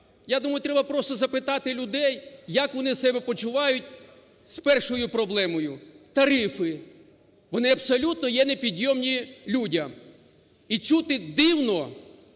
Я думаю, треба просто запитати людей, як вони себе почувають з першою проблемою – тарифи. Вони абсолютно є непідйомні людям. І чути дивно